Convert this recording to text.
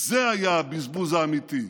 זה היה הבזבוז האמיתי,